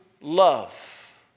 love